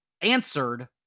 answered